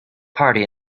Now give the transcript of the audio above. party